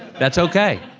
that's okay,